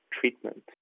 treatment